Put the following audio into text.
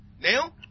Now